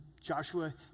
Joshua